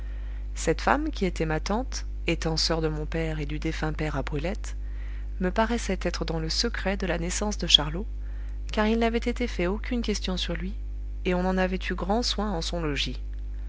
cette femme qui était ma tante étant soeur de mon père et du défunt père à brulette me paraissait être dans le secret de la naissance de charlot car il n'avait été fait aucune question sur lui et on en avait eu grand soin en son logis